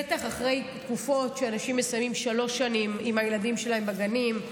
בטח אחרי תקופות שבה אנשים מסיימים שלוש שנים עם הילדים שלהם בגנים,